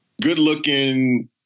good-looking